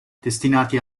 destinati